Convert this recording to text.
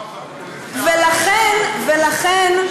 ולכן,